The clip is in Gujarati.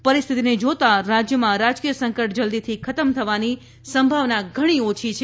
પરિસ્થિતિને જોતા રાજ્યમાં રાજકીય સંકટ જલ્દીથી ખતમ થવાની સંભાવના ઘણી ઓછી છે